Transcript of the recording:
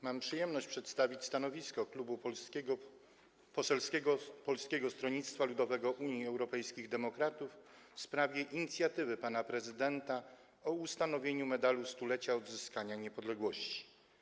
Mam przyjemność przedstawić stanowisko Klubu Poselskiego Polskiego Stronnictwa Ludowego - Unii Europejskich Demokratów w sprawie inicjatywy pana prezydenta dotyczącej ustanowienia Medalu Stulecia Odzyskanej Niepodległości.